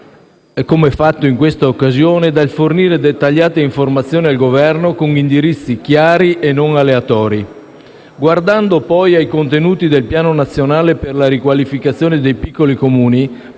come ha fatto in questa occasione, dal fornire dettagliate informazioni al Governo con indirizzi chiari e non aleatori. Guardando, poi, ai contenuti del Piano nazionale per la riqualificazione dei piccoli Comuni,